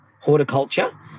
horticulture